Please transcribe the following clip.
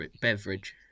beverage